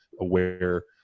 aware